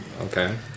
Okay